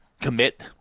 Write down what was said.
commit